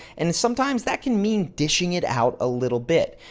and sometimes that can mean dishing it out a little bit.